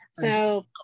so-